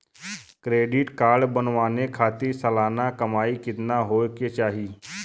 Credit card बनवावे खातिर सालाना कमाई कितना होए के चाही?